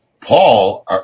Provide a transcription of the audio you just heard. Paul